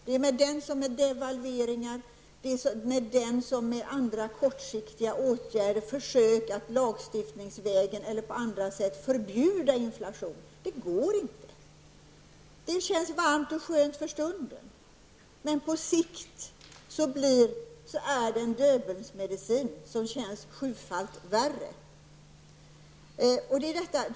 Det är med den som med devalveringar och med andra kortsiktiga åtgärder och försök att lagstiftningsvägen eller på andra sätt förbjuda inflation. Det går inte. Det känns varmt och skönt för stunden, men på sikt är det en döbelnsmedicin, vars resultat känns sjufalt värre.